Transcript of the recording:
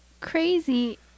crazy